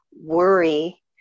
worry